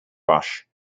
rush